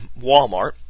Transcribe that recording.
Walmart